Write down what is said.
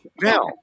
Now